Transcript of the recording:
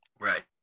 Right